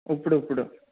ఇప్పుడు ఇప్పుడు